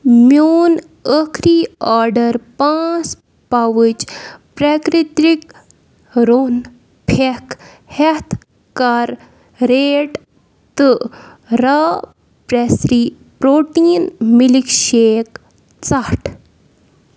میون ٲخری آڈَر پانٛژھ پَوُچ پرٛٮ۪کرِتِک روٚن پھٮ۪کھ ہٮ۪تھ کَر ریٹ تہٕ را پرٛٮ۪سری پرٛوٹیٖن مِلک شیک ژَٹھ